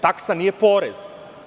Taksa nije porez.